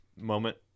moment